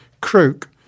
croak